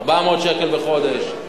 400 שקל בחודש?